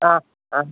অঁ অঁ